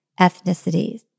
ethnicities